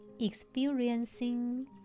experiencing